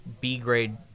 B-grade –